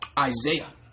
Isaiah